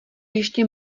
ještě